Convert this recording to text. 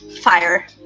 fire